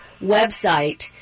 website